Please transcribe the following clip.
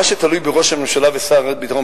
מה שתלוי בראש הממשלה ושר הביטחון,